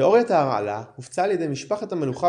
תאוריית ההרעלה הופצה על ידי משפחת המלוכה